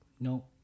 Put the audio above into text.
no